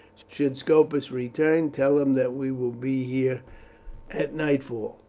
should scopus return, tell him that we will be here at nightfall.